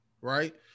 right